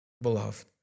beloved